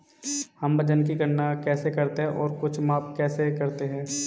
हम वजन की गणना कैसे करते हैं और कुछ माप कैसे करते हैं?